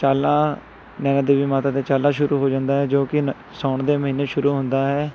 ਚਾਲਾ ਨੈਣਾ ਦੇਵੀ ਮਾਤਾ ਦੇ ਚਾਲਾ ਸ਼ੁਰੂ ਹੋ ਜਾਂਦਾ ਹੈ ਜੋ ਕਿ ਸਾਉਣ ਦੇ ਮਹੀਨੇ ਸ਼ੁਰੂ ਹੁੰਦਾ ਹੈ